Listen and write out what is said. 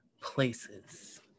places